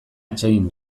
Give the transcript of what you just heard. atsegin